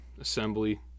assembly